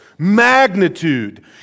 magnitude